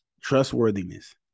trustworthiness